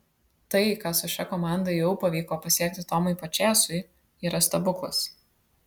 tai ką su šia komanda jau pavyko pasiekti tomui pačėsui yra stebuklas